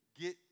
Get